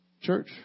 Church